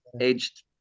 aged